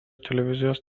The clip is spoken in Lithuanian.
televizijos